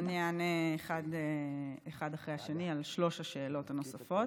אני אענה אחת אחרי השנייה על שלוש השאלות הנוספות.